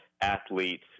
athletes